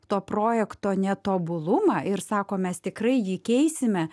to projekto netobulumą ir sako mes tikrai jį keisime